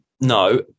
no